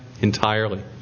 entirely